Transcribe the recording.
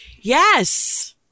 Yes